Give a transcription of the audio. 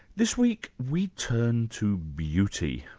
this week we turn to beauty.